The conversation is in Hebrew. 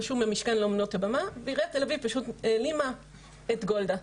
רשום 'משכן לאמנויות הבמה' ועיריית תל-אביב פשוט העלימה את גולדה,